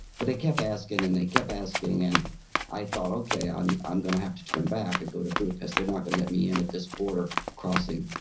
but they kept asking, and they kept asking, and i thought, okay, i'm i'm gonna have to turn back and go to budapest. they're not gonna let me in at this border crossing.